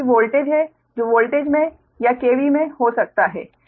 V voltage है जो voltage में या kV में हो सकता है